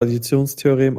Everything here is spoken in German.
additionstheorem